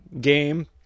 game